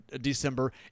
December